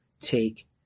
take